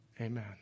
Amen